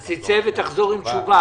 אז תצא ותחזור עם תשובה.